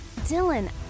Dylan